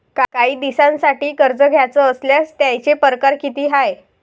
कायी दिसांसाठी कर्ज घ्याचं असल्यास त्यायचे परकार किती हाय?